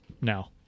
now